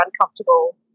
uncomfortable